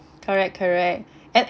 correct correct and